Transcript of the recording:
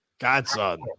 godson